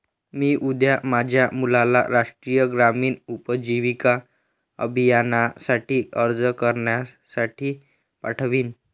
मी उद्या माझ्या मुलाला राष्ट्रीय ग्रामीण उपजीविका अभियानासाठी अर्ज करण्यासाठी पाठवीन